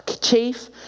chief